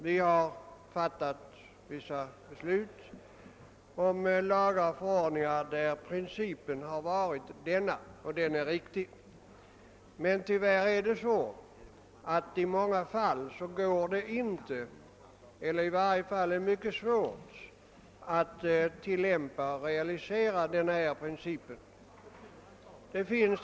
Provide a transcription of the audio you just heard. Vi har beslutat lagar och förordningar som följer denna riktiga princip. Tyvärr är det emellertid i många fall omöjligt eller i varje fall mycket svårt att i praktiken tillämpa principen i fråga.